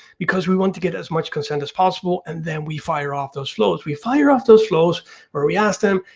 because we want to get as much consent as possible and then we fire off those flows. we fire off those flows where we ask them,